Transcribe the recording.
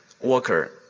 worker